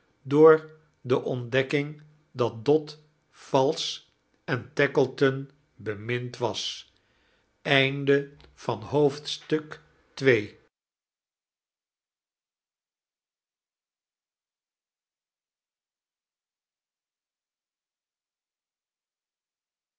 door de ontdekking dat dot valsch en tacklction beniind was